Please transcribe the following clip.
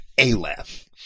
aleph